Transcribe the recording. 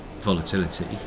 volatility